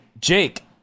jake